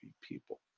people